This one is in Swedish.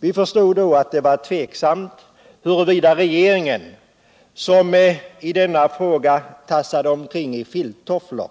Vi förstod då au det var tvivelaktigt huruvida regeringen, som i denna fråga tassade omkring i filttofflor,